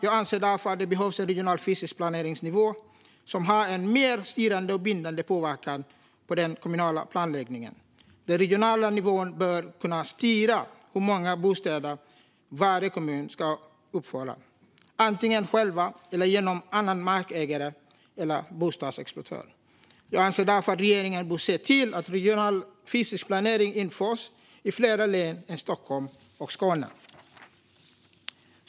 Jag anser därför att det behövs en regional fysisk planeringsnivå som har en mer styrande och bindande påverkan på den kommunala planläggningen. Den regionala nivån bör kunna styra hur många bostäder varje kommun ska uppföra, antingen själv eller genom annan markägare eller bostadsexploatör. Jag anser därför att regeringen bör se till att regional fysisk planering införs i fler län än Stockholm och Skåne.